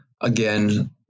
again